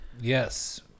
yes